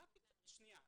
שנייה.